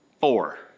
Four